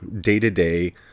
day-to-day